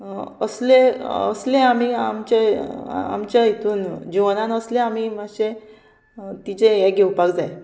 असले असले आमी आमचे आमच्या हितून जिवनान असले आमी मातशे तिचे हे घेवपाक जाय